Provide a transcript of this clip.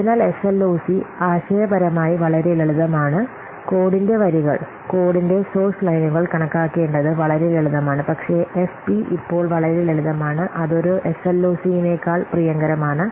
അതിനാൽ എസഎൽഓസി ആശയപരമായി വളരെ ലളിതമാണ് കോഡിന്റെ വരികൾ കോഡിന്റെ സോഴ്സ് ലൈനുകൾ കണക്കാക്കേണ്ടത് വളരെ ലളിതമാണ് പക്ഷേ എഫ്പി ഇപ്പോൾ വളരെ ലളിതമാണ് അത് ഒരുഎസഎൽഓസി നേക്കാൾ പ്രിയങ്കരമാണ്